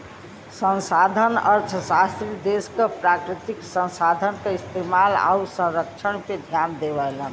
संसाधन अर्थशास्त्री देश क प्राकृतिक संसाधन क इस्तेमाल आउर संरक्षण पे ध्यान देवलन